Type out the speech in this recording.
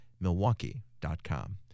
milwaukee.com